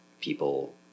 people